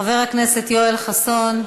חבר הכנסת יואל חסון,